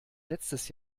letztes